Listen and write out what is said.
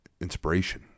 inspiration